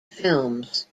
films